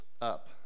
up